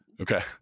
Okay